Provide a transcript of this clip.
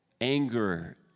anger